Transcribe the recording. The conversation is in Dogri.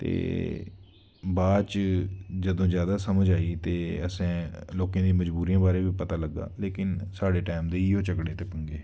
ते बाद च जदूं जैदा समझ आई ते असें लोकें दी मजबूरियें बारै बी पता लग्गा लेकिन साढ़े टाईम ते इ'यो झगड़े ते पंगे हे